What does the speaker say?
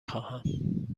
خواهم